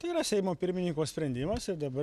tai yra seimo pirmininko sprendimas ir dabar